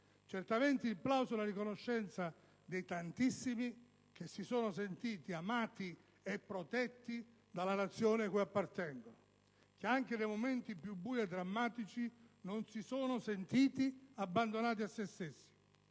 certamente, il plauso e la riconoscenza dei tantissimi che si sono sentiti amati e protetti dalla Nazione cui appartengono, che anche nei momenti più bui e drammatici non si sono sentiti abbandonati a se stessi